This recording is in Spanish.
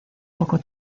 poco